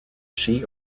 shi